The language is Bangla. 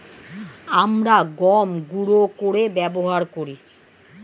আমরা গম গুঁড়ো করে ব্যবহার করি